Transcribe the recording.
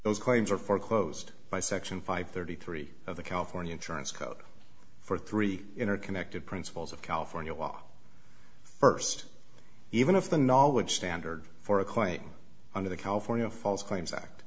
those claims are foreclosed by section five thirty three of the california durance code for three interconnected principles of california law first even if the knowledge standard for a claim under the california false claims act